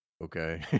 Okay